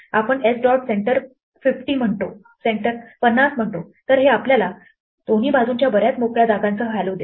आपण s dot centre 50 म्हणतो तर हे आपल्याला दोन्ही बाजूंच्या बर्याच मोकळ्या जागांसह हॅलो देते